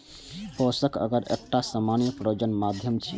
पोषक अगर एकटा सामान्य प्रयोजन माध्यम छियै